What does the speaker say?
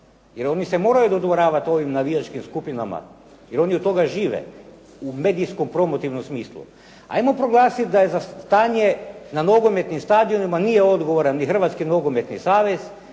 Jer oni se moraju dodvoravati ovim navijačkim skupinama jer oni od toga žive u medijskom promotivnom smislu. Ajmo proglasiti da je za stanje na nogometnim stadionima nije odgovoran ni Hrvatski nogometni savez,